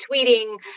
tweeting